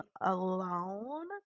alone